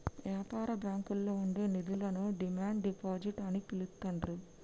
యాపార బ్యాంకుల్లో ఉండే నిధులను డిమాండ్ డిపాజిట్ అని పిలుత్తాండ్రు